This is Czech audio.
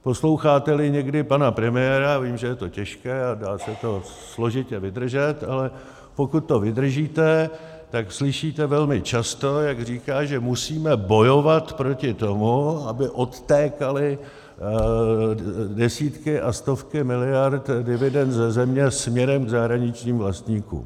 Posloucháteli někdy pana premiéra, vím, že je to těžké a dá se to složitě vydržet, ale pokud to vydržíte, tak slyšíte velmi často, jak říká, že musíme bojovat proti tomu, aby odtékaly desítky a stovky miliard dividend ze země směrem k zahraničním vlastníkům.